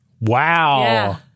Wow